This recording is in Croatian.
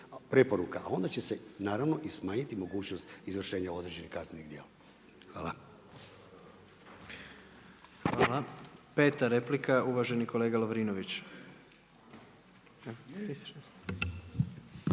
preporuka, a onda će se naravno i smanjiti mogućnost izvršenja određenih kaznenih djela. Hvala. **Jandroković, Gordan (HDZ)** Hvala. Peta replika uvaženi kolega Lovrinović.